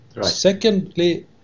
Secondly